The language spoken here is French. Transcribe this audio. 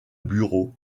bureau